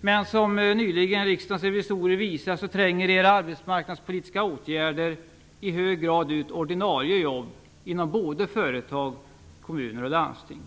men som Riksdagens revisorer nyligen visat tränger era arbetsmarknadspolitiska åtgärder i hög grad ut ordinarie jobb inom både företag, kommuner och landsting.